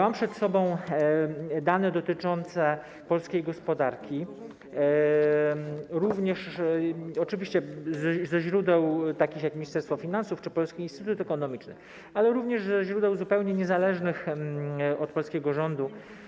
Mam przed sobą dane dotyczące polskiej gospodarki, oczywiście z takich źródeł jak Ministerstwo Finansów czy Polski Instytut Ekonomiczny, ale również ze źródeł zupełnie niezależnych od polskiego rządu.